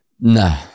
No